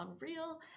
unreal